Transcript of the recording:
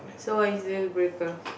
so what is deal breaker